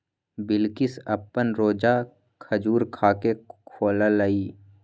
बिलकिश अप्पन रोजा खजूर खा के खोललई